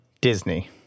Disney